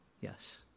Yes